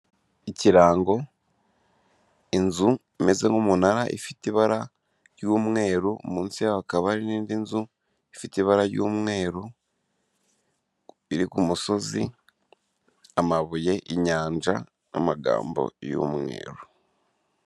Ikirango inzu; imeze nk'umunara ifite ibara ry'umweru munsi yaho hakabari n'indi nzu ifite ibara ry'umweru iri ku musozi, amabuye, inyanja n'amagambo y'umweru.